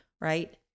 right